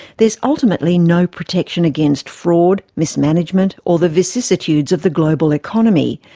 there's ultimately no protection against fraud, mismanagement or the vicissitudes of the global economy,